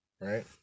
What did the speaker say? right